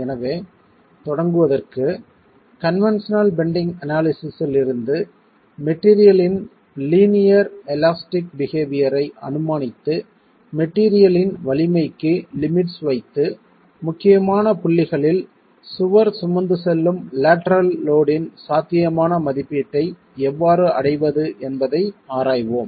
எனவே தொடங்குவதற்கு conventional bending analysis இலிருந்து மெட்டீரியல் இன் லீனியர் எலாஸ்டிக் பிஹேவியர் ஐ அனுமானித்து மெட்டீரியல் இன் வலிமைக்கு லிமிட்ஸ் வைத்து முக்கியமான புள்ளிகளில் சுவர் சுமந்து செல்லும் லேட்டரல் லோட் யின் சாத்தியமான மதிப்பீட்டை எவ்வாறு அடைவது என்பதை ஆராய்வோம்